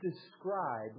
describe